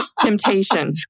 temptation